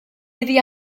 iddi